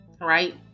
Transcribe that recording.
right